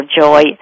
joy